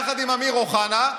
יחד עם אמיר אוחנה,